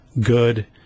good